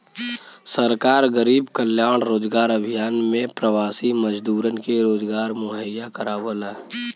सरकार गरीब कल्याण रोजगार अभियान में प्रवासी मजदूरन के रोजगार मुहैया करावला